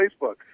facebook